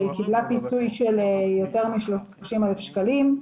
והיא קיבלה פיצוי של יותר משלושים אלף שקלים.